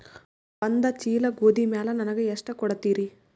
ಒಂದ ಚೀಲ ಗೋಧಿ ಮ್ಯಾಲ ನನಗ ಎಷ್ಟ ಕೊಡತೀರಿ?